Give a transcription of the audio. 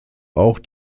auch